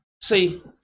See